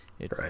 Right